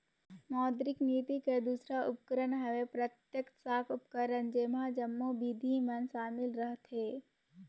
मौद्रिक नीति कर दूसर उपकरन हवे प्रत्यक्छ साख उपकरन जेम्हां जम्मो बिधि मन सामिल रहथें